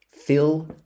fill